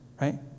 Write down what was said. right